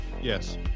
yes